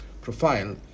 profile